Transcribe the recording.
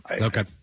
okay